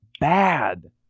bad